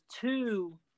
two